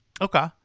Okay